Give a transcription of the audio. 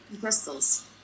Crystals